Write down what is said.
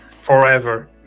Forever